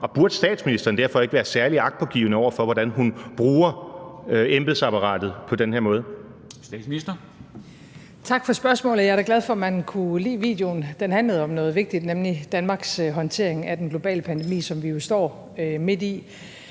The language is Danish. burde statsministeren derfor ikke være særlig agtpågivende over for, hvordan hun bruger embedsapparatet på den her måde?